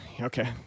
Okay